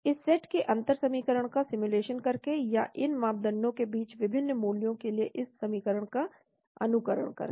इस सेट के अंतर समीकरण का सिमुलेशन करके या इन मापदंडों के विभिन्न मूल्यों के लिए इस समीकरण का अनुकरण करके